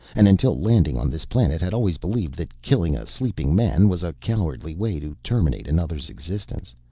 and until landing on this planet had always believed that killing a sleeping man was a cowardly way to terminate another's existence.